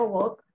work